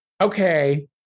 okay